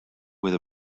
with